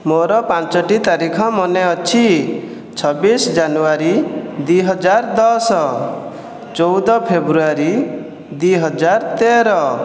ମୋର ପାଞ୍ଚଟି ତାରିଖ ମନେ ଅଛି ଛବିଶ ଜାନୁଆରୀ ଦୁଇହଜାର ଦଶ ଚଉଦ ଫେବୃଆରୀ ଦୁଇହଜାର ତେର